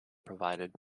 provided